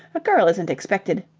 a girl isn't expected.